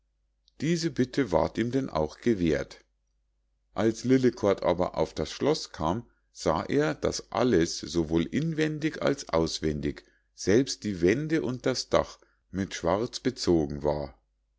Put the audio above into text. diese bitte ward ihm denn auch gewährt als lillekort aber auf das schloß kam sah er daß alles sowohl inwendig als auswendig selbst die wände und das dach mit schwarz bezogen war